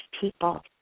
people